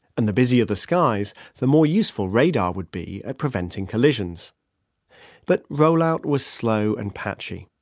and the busier the skies, the more useful radar would be at preventing collisions but rollout was slow and patchy.